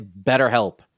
BetterHelp